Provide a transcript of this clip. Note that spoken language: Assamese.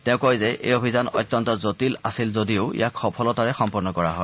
তেওঁ কয় যে এই অভিযান অত্যন্ত জটিল আছিল যদিও ইয়াক সফলতাৰে সম্পন্ন কৰা হয়